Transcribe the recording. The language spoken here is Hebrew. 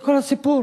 זה כל הסיפור.